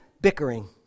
Bickering